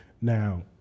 Now